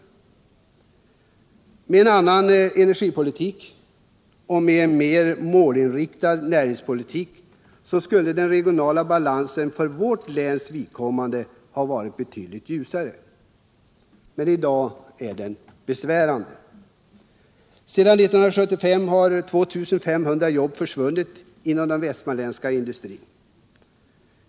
Med en annan energipolitik och en mer målinriktad näringspolitik skulle den regionala balansen för vårt läns vidkommande ha varit betydligt bättre. I dag är den besvärande. Sedan 1975 har 2 500 jobb försvunnit inom den västmanländska industrin.